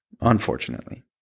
unfortunately